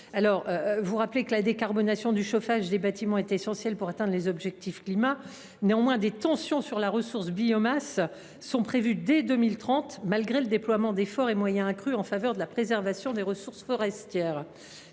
la sénatrice, la décarbonation du chauffage des bâtiments est essentielle pour atteindre les objectifs climatiques. Néanmoins, des tensions sur la ressource biomasse sont prévues dès 2030, malgré le déploiement d’efforts et de moyens accrus en faveur de la préservation des ressources forestières,